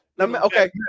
Okay